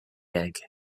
egg